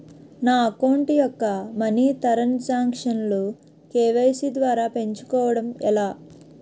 నా అకౌంట్ యెక్క మనీ తరణ్ సాంక్షన్ లు కే.వై.సీ ద్వారా పెంచుకోవడం ఎలా?